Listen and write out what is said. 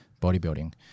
bodybuilding